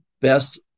best